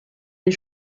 des